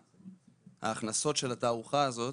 ההכנסות של התערוכה הזאת,